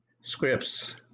scripts